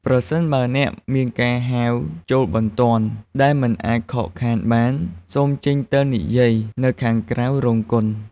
ប្រសិនបើអ្នកមានការហៅចូលបន្ទាន់ដែលមិនអាចខកខានបាន សូមចេញទៅនិយាយនៅខាងក្រៅរោងកុន។